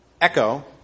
echo